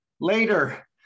later